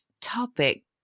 topic